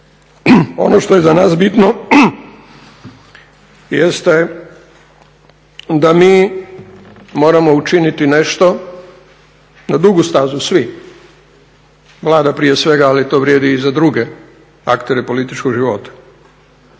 ono što je za nas bitno jeste da mi moramo učiniti nešto na dugu stazu svi, Vlada prije svega, ali to vrijedi i za druge aktere političkog života